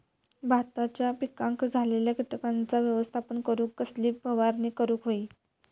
भाताच्या पिकांक झालेल्या किटकांचा व्यवस्थापन करूक कसली फवारणी करूक होई?